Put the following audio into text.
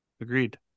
Agreed